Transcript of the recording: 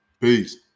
Peace